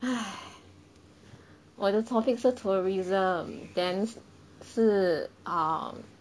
!hais! 我的 topic 是 tourism then 是 um